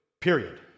period